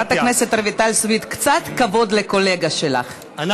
דמוקרטיה זה קודם כול שלטון הרוב,